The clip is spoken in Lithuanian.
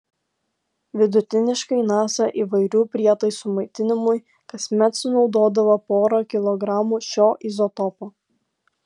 vidutiniškai nasa įvairių prietaisų maitinimui kasmet sunaudodavo porą kilogramų šio izotopo